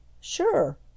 Sure